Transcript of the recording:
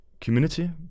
community